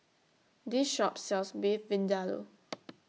This Shop sells Beef Vindaloo